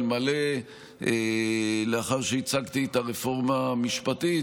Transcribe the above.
אלא לאחר שהצגתי את הרפורמה המשפטית,